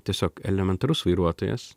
tiesiog elementarus vairuotojas